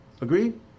Agreed